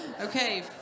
Okay